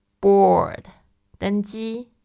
board,登机